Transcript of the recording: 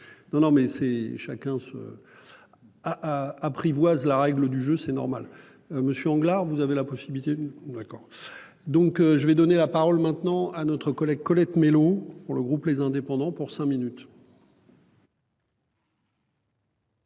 Non non mais c'est chacun s'. Apprivoise la règle du jeu, c'est normal Monsieur Anglade vous avez la possibilité de vacances donc je vais donner la parole maintenant à notre collègue Colette Mélot pour le groupe les indépendants pour cinq minutes.